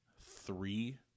three